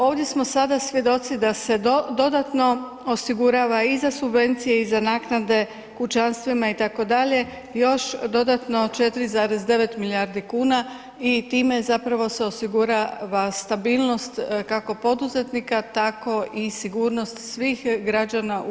Ovdje smo sada svjedoci da se dodatno osigurava i za subvencije i za naknade kućanstvima itd. još dodatno 4,9 milijardi kuna i time se zapravo osigurava stabilnost kako poduzetnika tako i sigurnost svih građana u RH.